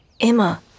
Emma